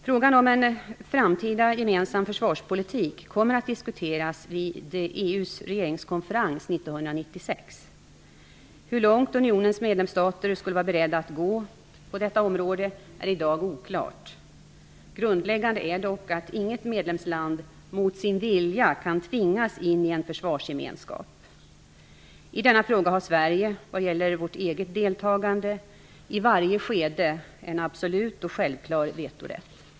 Frågan om en framtida gemensam försvarspolitik kommer att diskuteras vid EU:s regeringskonferens 1996. Hur långt unionens medlemsstater skulle vara beredda att gå på detta område är i dag oklart. Grundläggande är dock att inget medlemsland mot sin vilja kan tvingas in i en försvarsgemenskap. I denna fråga har Sverige, vad gäller vårt eget deltagande, i varje skede en absolut och självklar vetorätt.